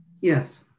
Yes